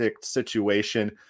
situation